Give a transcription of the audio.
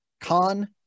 con